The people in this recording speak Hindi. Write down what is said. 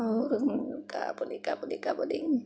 और का बोली का बोली का बोली